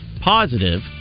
positive